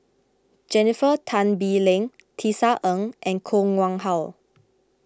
Jennifer Tan Bee Leng Tisa Ng and Koh Nguang How